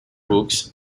books